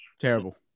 Terrible